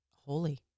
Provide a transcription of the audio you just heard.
holy